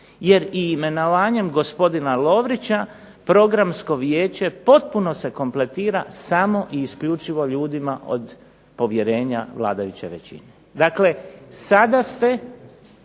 jer imenovanjem gospodina Lovrića Programsko vijeće potpuno se kompletira samo i isključivo ljudima od povjerenja vladajuće većine. Dakle sada ste